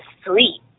sleep